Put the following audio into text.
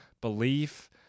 belief